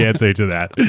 answer to that.